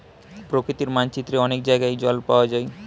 প্রকৃতির মানচিত্রে অনেক জায়গায় জল পাওয়া যায়